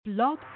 Blog